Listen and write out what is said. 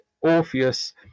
Orpheus